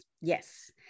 Yes